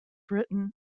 written